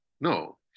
no